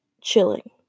chilling